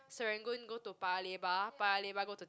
Serangoon go to Paya-Lebar Paya-Lebar go to